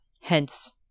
hence